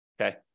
okay